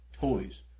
toys